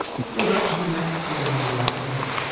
she goes up to the next point on the right leg,